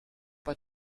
bei